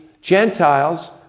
Gentiles